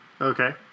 Okay